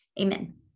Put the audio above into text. Amen